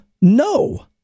no